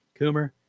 Coomer